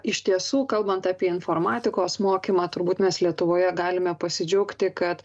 iš tiesų kalbant apie informatikos mokymą turbūt mes lietuvoje galime pasidžiaugti kad